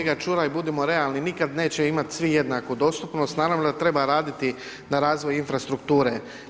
Kolega Čuraj, budimo realni, nikad neće imat svi jednaku dostupnost, naravno da treba raditi na razvoju infrastrukture.